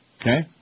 Okay